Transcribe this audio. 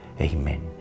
Amen